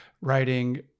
writing